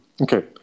Okay